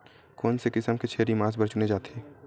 कोन से किसम के छेरी मांस बार चुने जाथे?